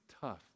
tough